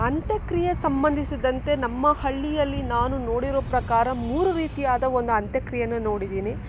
ಅಂತ್ಯಕ್ರಿಯೆ ಸಂಬಂಧಿಸಿದಂತೆ ನಮ್ಮ ಹಳ್ಳಿಯಲ್ಲಿ ನಾನು ನೋಡಿರೋ ಪ್ರಕಾರ ಮೂರು ರೀತಿಯಾದ ಒಂದು ಅಂತ್ಯಕ್ರಿಯೆಯನ್ನು ನೋಡಿದ್ದೀನಿ